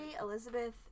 Elizabeth